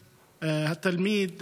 התלמיד,